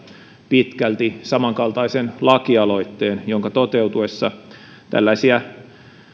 pitkälti samankaltaisen lakialoitteen jonka toteutuessa